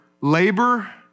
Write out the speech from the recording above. labor